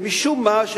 ומשום מה,